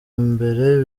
mbere